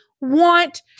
want